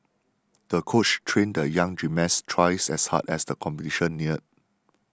the coach trained the young gymnast twice as hard as the competition neared